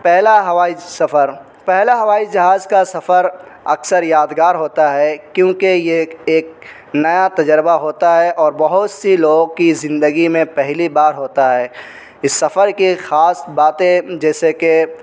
پہلا ہوائی سفر پہلا ہوائی جہاز کا سفر اکثر یادگار ہوتا ہے کیونکہ یہ ایک نیا تجربہ ہوتا ہے اور بہت سی لوگوں کی زندگی میں پہلی بار ہوتا ہے اس سفر کی خاص باتیں جیسے کہ